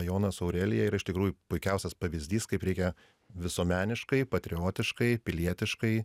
jonas aurelija yra iš tikrųjų puikiausias pavyzdys kaip reikia visuomeniškai patriotiškai pilietiškai